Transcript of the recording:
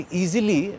easily